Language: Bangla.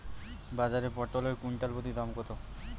বাজারে পটল এর কুইন্টাল প্রতি দাম কত?